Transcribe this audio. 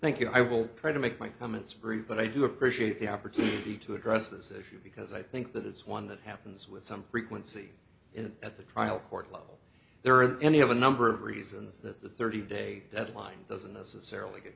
thank you i will try to make my comments group but i do appreciate the opportunity to address this issue because i think that it's one that happens with some frequency and at the trial court level there are any of a number of reasons that the thirty day deadline doesn't necessarily get